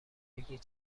بگید